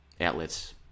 outlets